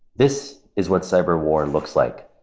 this is what cyberwar looks like.